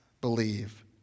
believe